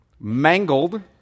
mangled